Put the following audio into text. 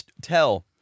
tell